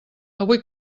avui